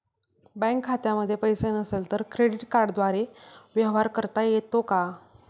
Bank खात्यामध्ये पैसे नसले तरी क्रेडिट कार्डद्वारे व्यवहार करता येतो का?